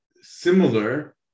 similar